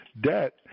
debt